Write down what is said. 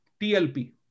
TLP